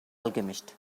alchemist